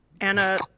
Anna